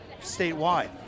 statewide